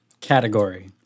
Category